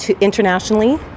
internationally